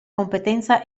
competenza